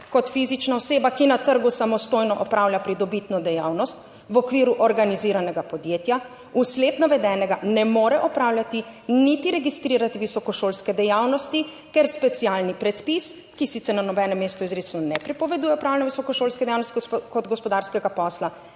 kot fizična oseba, ki na trgu samostojno opravlja pridobitno dejavnost v okviru organiziranega podjetja, v sled navedenega ne more opravljati, niti registrirati visokošolske dejavnosti, ker specialni predpis, ki sicer na nobenem mestu izrecno ne prepoveduje opravljanja visokošolske dejavnosti kot gospodarskega posla,